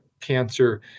cancer